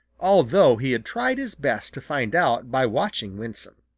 although he had tried his best to find out by watching winsome.